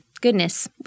goodness